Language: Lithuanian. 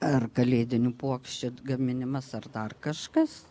ar kalėdinių puokščių gaminimas ar dar kažkas